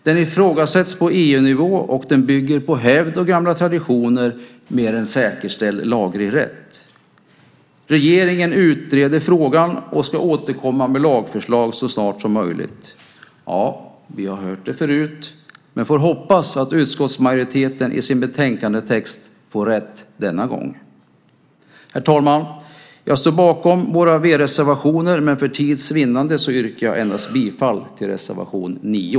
Den ifrågasätts på EU-nivå, och den bygger på hävd och gamla traditioner mer än säkerställd laglig rätt. Regeringen utreder frågan och ska återkomma med lagförslag så snart som möjligt. Ja, vi har hört det förut, men får hoppas att utskottsmajoriteten i sin betänkandetext får rätt denna gång. Herr talman! Jag står bakom våra v-reservationer, men för tids vinnande yrkar jag endast bifall till reservation 9.